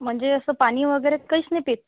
म्हणजे असं पाणी वगैरे काहीच नाही पीत